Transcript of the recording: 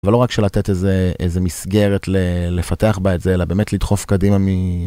ולא רק שלתת איזה איזה מסגרת לפתח בה את זה אלא באמת לדחוף קדימה מ.